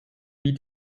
wie